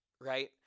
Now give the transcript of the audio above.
right